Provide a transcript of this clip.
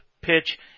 pitch